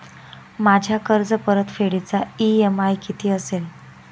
माझ्या कर्जपरतफेडीचा इ.एम.आय किती असेल?